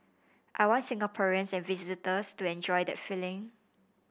I want Singaporeans and visitors to enjoy that feeling